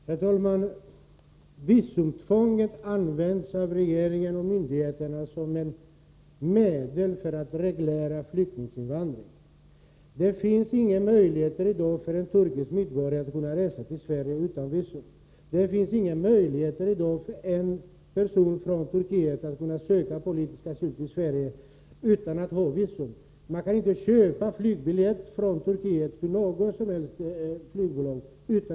Herr talman! Visumtvånget används av regeringen och myndigheterna som ett medel för att reglera flyktinginvandringen. För en turkisk medborgare finns det i dag inga möjligheter att resa till Sverige utan visum. Det finns inga möjligheter för en person från Turkiet att söka politisk asyl i Sverige om han inte har visum. Man kan inte från något flygbolag köpa biljett från Turkiet om man inte har visum.